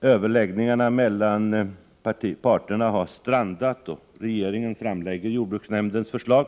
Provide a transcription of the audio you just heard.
Överläggningarna mellan parterna har strandat, och regeringen framlägger jordbruksnämndens förslag.